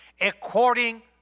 according